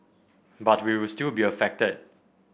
but we will still be affected